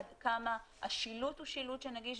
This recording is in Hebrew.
עד כמה השילוט הוא שילוט שנגיש.